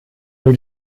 nur